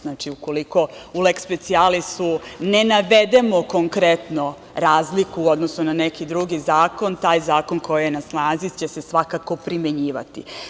Znači, ukoliko u leks specijalisu ne navedemo konkretno razliku u odnosu na neki drugi zakon, taj zakon koji je na snazi će se svakako primenjivati.